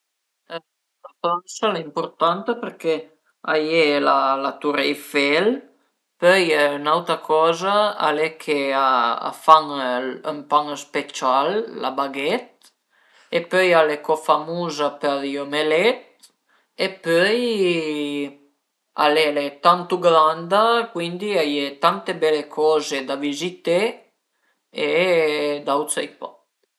La coza pi divertanta che l'abiu mai vist al e cuandi sun andait a vei ël circo e l'ai vist tüte le i gioch dë magìa e cun i animai ch'a fan e al e propi piazüme tantu